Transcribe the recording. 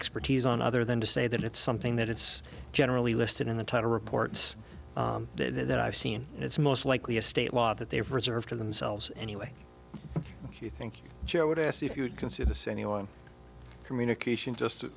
expertise on other than to say that it's something that it's generally listed in the title reports that i've seen it's most likely a state law that they have reserved to themselves anyway you think joe would ask if you would consider this anyway communication just